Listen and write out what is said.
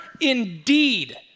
indeed